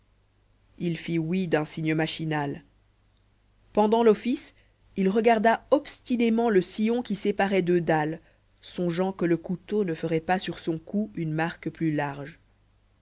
il fit oui d'un signe machinal pendant l'office il regarda obstinément le sillon qui séparait deux dalles songeant que le couteau ne ferait pas sur son cou une marque plus large